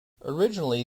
originally